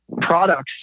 products